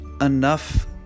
enough